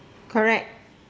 correct